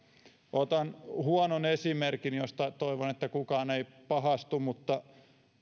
otan huonon esimerkin josta toivon että kukaan ei pahastu